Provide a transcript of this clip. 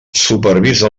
supervisa